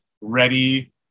ready